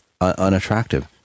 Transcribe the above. unattractive